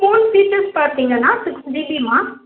phone features பார்த்தீங்கன்னா six ஜிபிம்மா